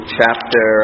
chapter